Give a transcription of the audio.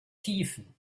tiefen